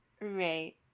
Right